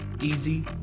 easy